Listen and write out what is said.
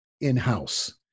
in-house